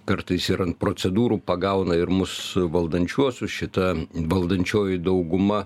kartais ir ant procedūrų pagauna ir mus valdančiuosius šita valdančioji dauguma